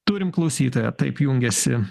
turim klausytoją taip jungiasi